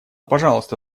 пожалуйста